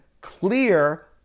clear